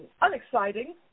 unexciting